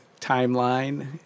timeline